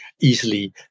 easily